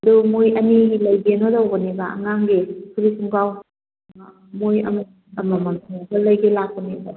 ꯑꯗꯣ ꯃꯣꯏ ꯑꯅꯤꯒꯤ ꯂꯩꯒꯦꯅ ꯇꯧꯕꯅꯦꯕ ꯑꯉꯥꯡꯒꯤ ꯐꯨꯔꯤꯠ ꯈꯨꯡꯒꯥꯎ ꯃꯣꯏ ꯑꯃꯃꯝ ꯂꯩꯒꯦ ꯂꯥꯛꯄꯅꯦꯕ